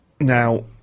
Now